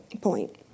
point